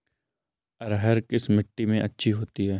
अरहर किस मिट्टी में अच्छी होती है?